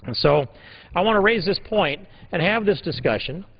and so i want to raise this point and have this discussion.